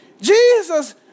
Jesus